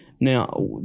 Now